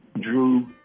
drew